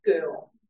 girl